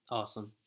awesome